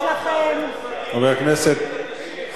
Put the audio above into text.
את הרוצחים של הווקף, חבר הכנסת בן-ארי.